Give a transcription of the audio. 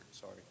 Sorry